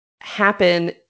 happen